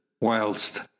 whilst